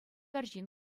арҫын